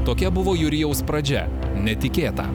tokia buvo jurijaus pradžia netikėta